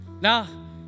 Now